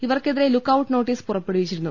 ഇവർക്കെതിരെ lookout notice പുറപ്പെടുവിച്ചിരുന്നു